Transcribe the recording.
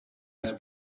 his